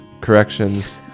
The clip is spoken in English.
corrections